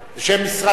בשם משרד הביטחון.